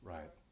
Right